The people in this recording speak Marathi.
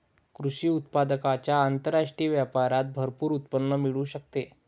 कृषी उत्पादकांच्या आंतरराष्ट्रीय व्यापारात भरपूर उत्पन्न मिळू शकते